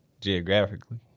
geographically